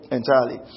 entirely